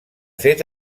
fet